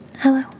Hello